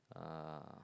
uh